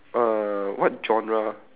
uh what genre